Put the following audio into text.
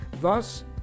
Thus